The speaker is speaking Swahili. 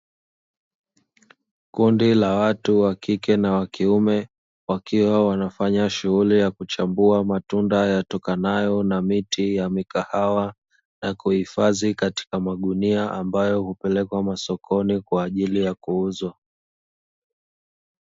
Kundi la watu wa kike na wa kiume, wakiwa wanafanya shughuli ya kuchambua matunda yatokanayo na miti ya mikahawa, na kuhifadhi katika magunia ambayo hupelekwa masokoni kwa ajili ya kuuzwa.